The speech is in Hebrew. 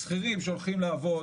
שכירים שהולכים לעבוד,